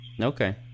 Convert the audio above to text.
Okay